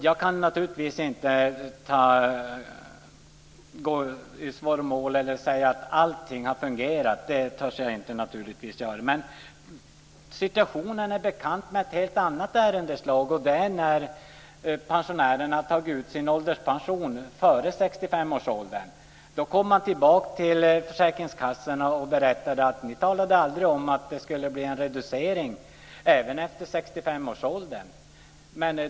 Jag kan naturligtvis inte gå i svaromål och säga att allting har fungerat. Det törs jag naturligtvis inte göra. Situationen är bekant från ett helt annat ärendeslag. Det gäller pensionärer som har tagit ut sin ålderspension före 65 års ålder. Då kom man tillbaka till försäkringskassorna och berättade att ni talade aldrig om att det skulle bli en reducering, även efter 65 års ålder.